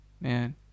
Man